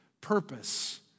purpose